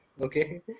okay